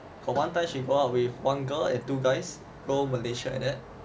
for one time she go out with one girl and two guys go malaysia and then